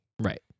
Right